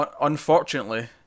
unfortunately